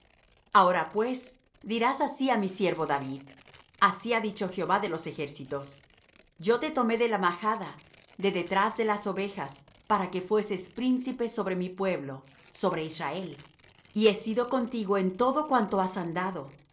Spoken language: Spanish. ahora pues dirás así á mi siervo david así ha dicho jehová de los ejércitos yo te tomé de la majada de detrás de las ovejas para que fueses príncipe sobre mi pueblo sobre israel y he sido contigo en todo cuanto has andado